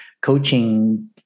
coaching